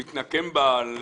הוא מתנקם בה על